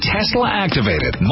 Tesla-activated